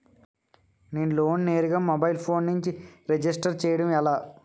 నేను లోన్ నేరుగా mobile phone నుంచి రిజిస్టర్ చేయండి ఎలా?